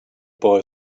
boy